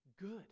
good